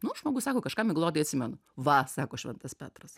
nu žmogus sako kažką miglotai atsimenu va sako šventas petras